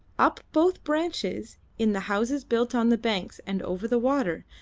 up both branches, in the houses built on the banks and over the water,